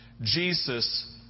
Jesus